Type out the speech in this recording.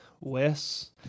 Wes